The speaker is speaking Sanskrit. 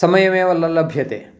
समयमेव न लभ्यते